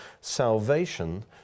salvation